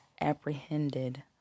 apprehended